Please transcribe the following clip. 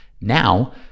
now